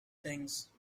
things